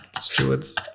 stewards